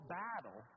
battle